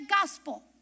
gospel